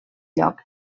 lloc